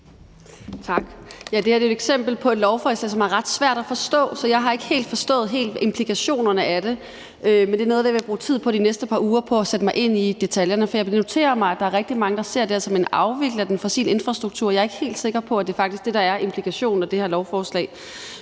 Tak. Det her er et eksempel på et lovforslag, som er ret svært at forstå, så jeg har ikke helt forstået implikationerne af det. Men noget af det, jeg vil bruge tid på de næste par uger, er at sætte mig ind i detaljerne. For jeg noterer mig, at der er rigtig mange, der ser det her som en afvikling af den fossile infrastruktur. Jeg er ikke helt sikker på, at det faktisk er det, der er implikationen af det her lovforslag,